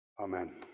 Amen